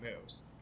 moves